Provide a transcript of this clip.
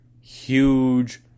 huge